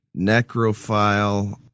necrophile